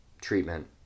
treatment